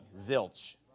Zilch